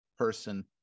person